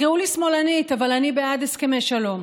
אבל אני בעד הסכמי שלום.